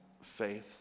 faith